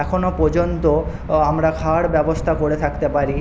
এখনো পর্যন্ত ও আমরা খাওয়ার ব্যবস্থা করে থাকতে পারি